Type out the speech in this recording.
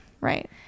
Right